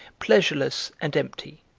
pleasureless, and empty.